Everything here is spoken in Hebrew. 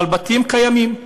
אבל בתים קיימים,